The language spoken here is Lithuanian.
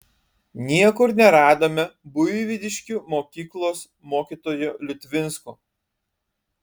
niekur neradome buivydiškių mokyklos mokytojo liutvinsko